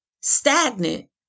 stagnant